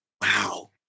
wow